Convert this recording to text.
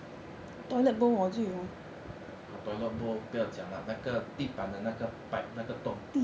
ah toilet bowl 不要讲了那个地板的那个 pipe 那个洞